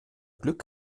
glück